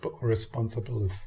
responsible